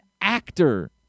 actor